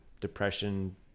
Depression